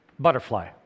Butterfly